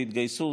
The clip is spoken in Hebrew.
וההתגייסות,